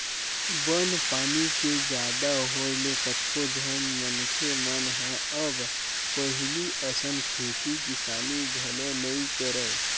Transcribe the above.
बन पानी के जादा होय ले कतको झन मनखे मन ह अब पहिली असन खेती किसानी घलो नइ करय